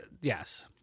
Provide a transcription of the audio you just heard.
Yes